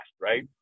right